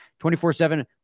24/7